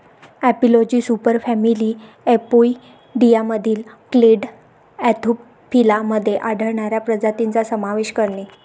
एपिलॉजी सुपरफॅमिली अपोइडियामधील clade Anthophila मध्ये आढळणाऱ्या प्रजातींचा समावेश करते